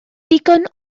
digon